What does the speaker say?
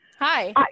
Hi